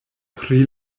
pri